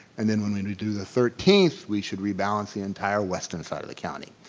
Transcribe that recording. and then when we redo the thirteenth, we should rebalance the entire western side of the county.